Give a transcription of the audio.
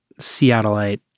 Seattleite